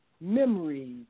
memories